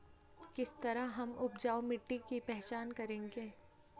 किस तरह हम उपजाऊ मिट्टी की पहचान करेंगे?